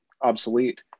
obsolete